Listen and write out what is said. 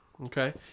Okay